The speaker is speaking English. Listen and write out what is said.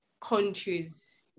countries